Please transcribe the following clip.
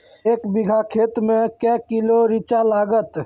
एक बीघा खेत मे के किलो रिचा लागत?